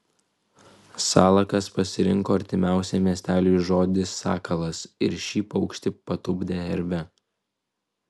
salakas pasirinko artimiausią miesteliui žodį sakalas ir šį paukštį patupdė herbe